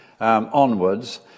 onwards